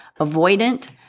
avoidant